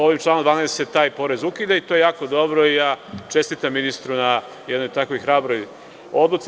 Ovim članom 12. se taj porez ukida i to je jako dobro i ja čestitam ministru na tako hrabroj odluci.